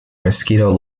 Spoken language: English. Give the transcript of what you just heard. mosquito